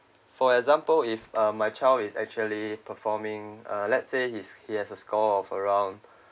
for example if uh my child is actually performing uh let's say he's he has a score of around